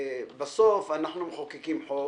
בסוף אנחנו מחוקקים חוק